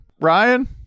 ryan